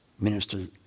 ministers